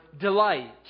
delight